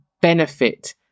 benefit